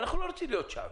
אנחנו לא רוצים להיות שם.